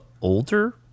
older